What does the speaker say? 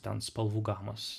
ten spalvų gamos